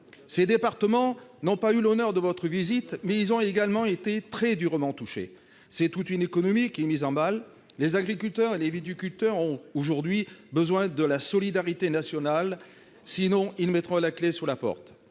Ces départements n'ont pas eu l'honneur de votre visite, mais ils ont également été durement touchés. C'est toute une économie qui est mise à mal. Les agriculteurs et les viticulteurs ont besoin de la solidarité nationale, faute de quoi ils mettront la clé sous la porte.